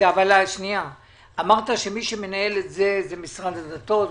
אמרת שמנהל את זה משרד הדתות,